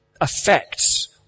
affects